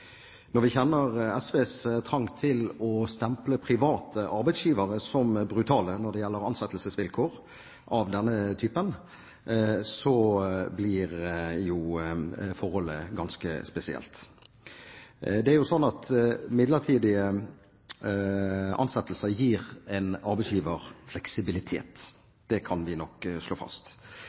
Når vi kjenner SVs trang til å stemple private arbeidsgivere som brutale når det gjelder ansettelsesvilkår av denne typen, blir forholdet ganske spesielt. Midlertidige ansettelser gir en arbeidsgiver fleksibilitet. Det kan vi nok slå fast.